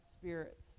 spirits